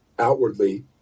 Outwardly